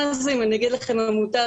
יורד מסעיף תעסוקה.